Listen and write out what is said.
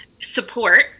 support